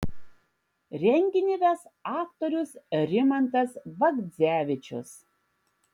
renginį ves aktorius rimantas bagdzevičius